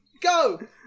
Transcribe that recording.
Go